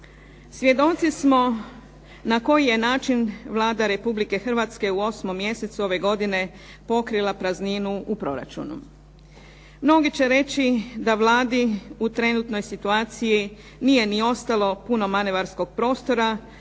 Svjedoci smo na koji je način Vlada Republike Hrvatske u 8. mjesecu ove godine pokrila prazninu u proračunu. Mnogi će reći da Vladi u trenutnoj situaciji nije ni ostalo puno manevarskog prostora,